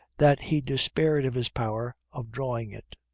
that he despaired of his power of drawing it.